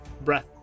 breath